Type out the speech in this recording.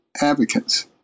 advocates